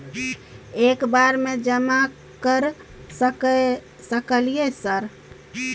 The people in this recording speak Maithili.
एक बार में जमा कर सके सकलियै सर?